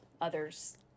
others